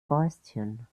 fäustchen